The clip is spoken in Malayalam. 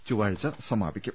ചൊവ്വാഴ്ച സ്മാപിക്കും